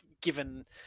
given